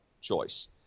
choice